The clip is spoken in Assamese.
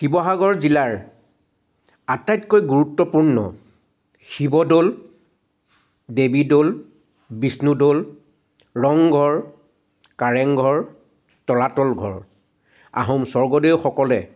শিৱসাগৰ জিলাৰ আটাইতকৈ গুৰুত্বপূৰ্ণ শিৱদৌল দেৱীদৌল বিষ্ণুদৌল ৰংঘৰ কাৰেংঘৰ তলাতল ঘৰ